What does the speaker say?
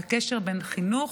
והקשר בין חינוך,